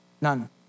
None